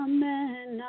Amen